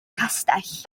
castell